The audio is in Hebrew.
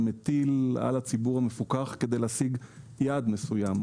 מטיל על הציבור המפוקח כדי להשיג יעד מסוים.